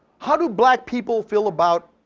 how do black people feel about?